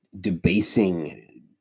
debasing